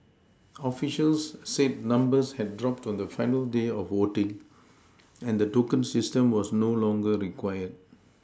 officials said numbers had dropped on the final day of voting and the token system was no longer required